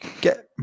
Get